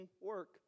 work